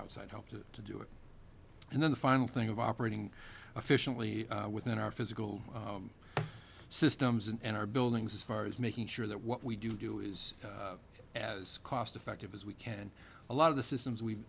outside help to to do it and then the final thing of operating efficiently within our physical systems and our buildings as far as making sure that what we do do is as cost effective as we can a lot of the systems we